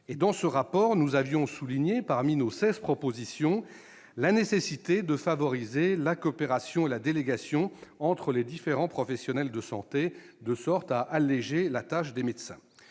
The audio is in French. Dans ce document, nous avions souligné, parmi nos seize propositions, la nécessité de favoriser la coopération et la délégation entre les différentes professions de santé, de manière à alléger la tâche des médecins.